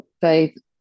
faith